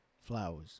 Flowers